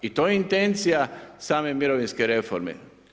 I to je intencija same mirovinske reforme.